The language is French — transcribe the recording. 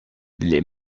les